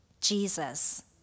Jesus